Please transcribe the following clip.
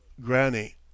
granny